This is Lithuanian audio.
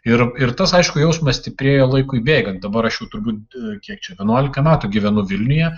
ir ir tas aišku jausmas stiprėja laikui bėgant dabar aš jau turbūt kiek čia vienuolika metų gyvenu vilniuje